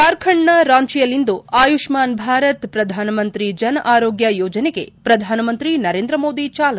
ಜಾರ್ಖಂಡ್ ನ ರಾಂಚಿಯಲ್ಲಿಂದು ಆಯುಷ್ನಾನ್ ಭಾರತ್ ಪ್ರಧಾನ ಮಂತ್ರಿ ಜನ್ ಆರೋಗ್ನ ಯೋಜನೆಗೆ ಪ್ರಧಾನ ಮಂತ್ರಿ ನರೇಂದ್ರ ಮೋದಿ ಚಾಲನೆ